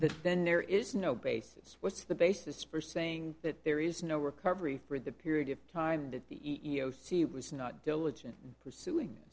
that then there is no basis what's the basis for saying that there is no recovery for the period of time that you see was not diligent pursuing